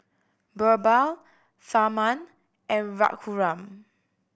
Birbal Tharman and Raghuram